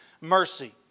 mercy